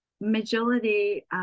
majority